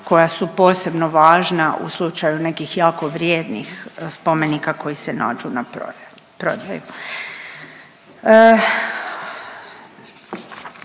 koja su posebno važna u slučaju nekih jako vrijednih spomenika koji se nađu na prodaji.